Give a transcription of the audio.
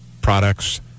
products